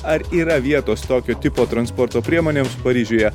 ar yra vietos tokio tipo transporto priemonėms paryžiuje